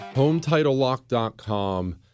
HomeTitleLock.com